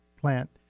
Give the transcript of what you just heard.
plant